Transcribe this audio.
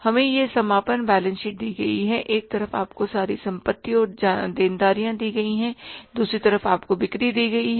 हमें यह समापन बैलेंस शीट दी गई है एक तरफ आपको सारी संपत्ति और देनदारियां दी गई हैं दूसरी तरफ आपको बिक्री दी गई है